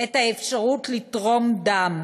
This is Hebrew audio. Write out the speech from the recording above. את האפשרות לתרום דם